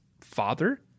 father